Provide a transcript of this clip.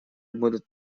будут